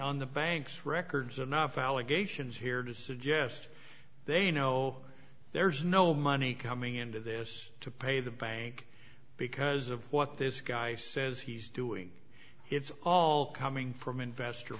on the banks records enough allegations here to suggest they know there's no money coming into this to pay the bank because of what this guy says he's doing it's all coming from investor